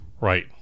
right